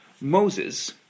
Moses